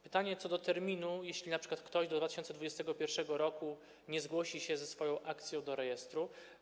Pytanie co do terminu, jeśli np. ktoś do 2021 r. nie zgłosi się ze swoją akcją do rejestru.